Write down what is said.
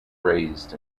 raised